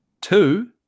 two